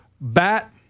bat